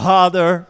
Father